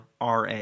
RA